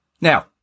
Now